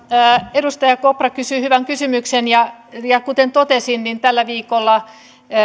edustaja kopra kysyi hyvän kysymyksen ja kuten totesin niin tällä viikolla